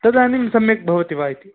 तदानीं सम्यक् भवति वा इति